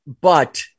but-